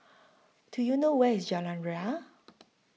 Do YOU know Where IS Jalan Ria